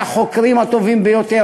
מהחוקרים הטובים ביותר,